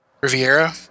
Riviera